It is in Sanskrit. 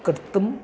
कर्तुम्